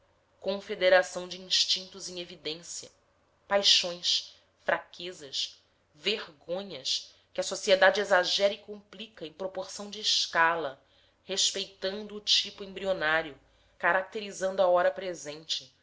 confederação de instintos em evidência paixões fraquezas vergonhas que a sociedade exagera e complica em proporção de escala respeitando o tipo embrionário caracterizando a hora presente